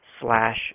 slash